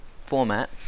format